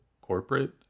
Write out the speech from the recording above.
corporate